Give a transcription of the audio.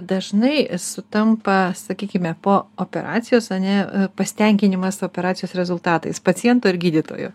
dažnai sutampa sakykime po operacijos ane pasitenkinimas operacijos rezultatais paciento ir gydytojo